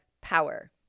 power